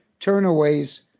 turnaways